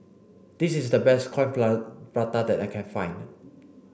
this is the best coin Prata that I can find